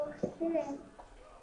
אנחנו העברנו חומר לוועדה